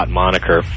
moniker